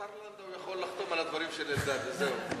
השר לנדאו יכול לחתום על הדברים של אלדד וזהו.